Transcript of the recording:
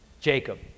Jacob